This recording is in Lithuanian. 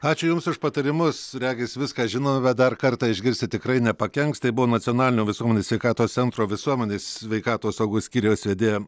ačiū jums už patarimus regis viską žino bet dar kartą išgirsti tikrai nepakenks tai buvo nacionalinio visuomenės sveikatos centro visuomenės sveikatos saugos skyriaus vedėja